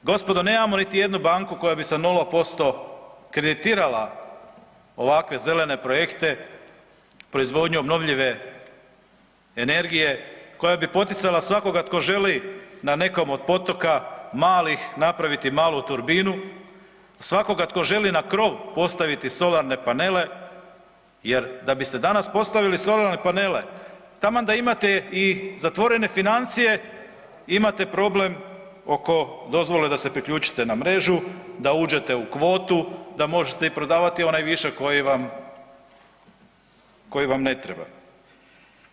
Gospodo nemamo niti jednu banku koja bi se 0% kreditirala ovakve zelene projekte, proizvodnju obnovljive energije, koja bi poticala svakoga tko želi na nekom od potoka malih napraviti malu turbinu, svakoga tko želi na krov postaviti solarne panele jer da biste danas postavili solarne panele, taman da imate i zatvorene financije imate problem oko dozvole da se priključite na mrežu, da uđete u kvotu, da možete i prodavati onaj višak koji vam ne treba.